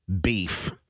beef